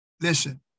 Listen